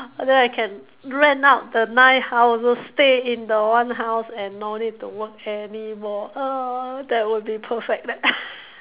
although I can rent out the nine houses stay in the one house and no need to work anymore oh that would be perfect